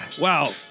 Wow